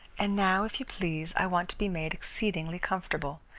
and now, if you please, i want to be made exceedingly comfortable.